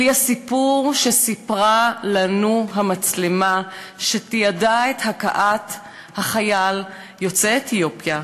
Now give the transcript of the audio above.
בלי הסיפור שסיפרה לנו המצלמה שתיעדה את הכאת החייל יוצא אתיופיה,